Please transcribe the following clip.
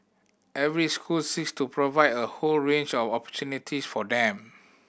every school seeks to provide a whole range of opportunities for them